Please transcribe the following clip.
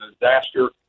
disaster